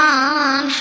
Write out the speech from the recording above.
on